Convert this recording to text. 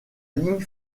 ligne